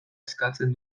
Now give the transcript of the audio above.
eskatzen